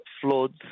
floods